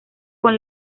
con